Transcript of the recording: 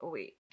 Wait